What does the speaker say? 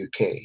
UK